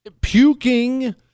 puking